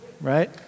Right